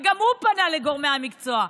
וגם הוא פנה לגורמי המקצוע,